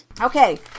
Okay